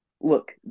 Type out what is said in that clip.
Look